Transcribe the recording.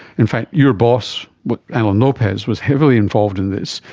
in fact your boss but alan lopez was heavily involved in this,